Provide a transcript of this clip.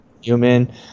human